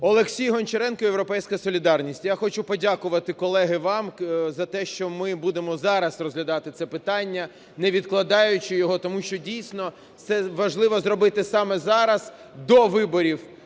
Олексій Гончаренко, "Європейська солідарність". Я хочу подякувати, колеги, вам за те, що ми будемо зараз розглядати це питання, не відкладаючи його, тому що, дійсно, це важливо зробити саме зараз, до виборів